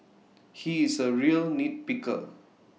he is A real nitpicker